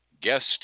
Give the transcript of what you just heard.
guest